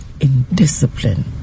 indiscipline